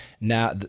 now